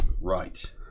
Right